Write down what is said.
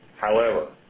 however,